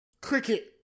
cricket